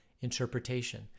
interpretation